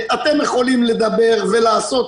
אתם יכולים לדבר ולעשות,